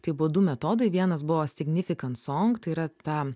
tai buvo du metodai vienas buvo significant song tai yra ta